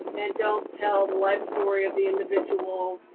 and don't tell the life story of the individual,